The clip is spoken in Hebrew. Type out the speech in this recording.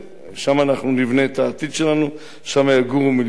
שם אנחנו נבנה את העתיד שלנו, שם יגורו מיליונים.